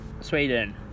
Sweden